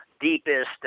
deepest